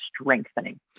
strengthening